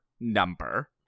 number